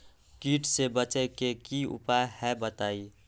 कीट से बचे के की उपाय हैं बताई?